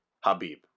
habib